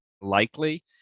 likely